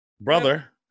Brother